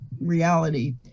reality